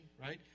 right